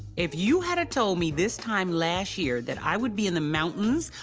if you hadda told me this time last year that i would be in the mountains,